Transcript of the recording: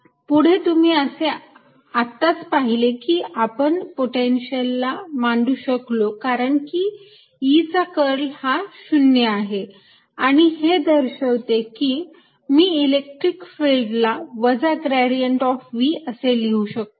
पुढे तुम्ही असे आत्ताच पाहिले आहे की आपण पोटेन्शिअला मांडू शकलो कारण की E चा कर्ल हा 0 आहे आणि हे दर्शवते की मी इलेक्ट्रिक फिल्डला वजा ग्रेडियंट ऑफ V असे लिहू शकतो